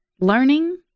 learning